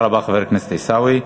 תודה רבה, חבר הכנסת עיסאווי.